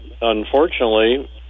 Unfortunately